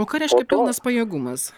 o ką reiškia pilnas pajėgumas